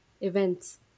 events